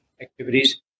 activities